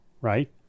right